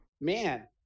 man